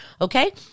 Okay